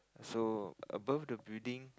so above the building